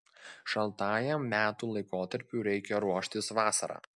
šaltajam metų laikotarpiui reikia ruoštis vasarą